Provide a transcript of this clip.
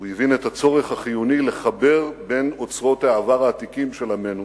הוא הבין את הצורך החיוני לחבר בין אוצרות העבר העתיקים של עמנו